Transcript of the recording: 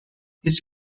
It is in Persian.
هیچ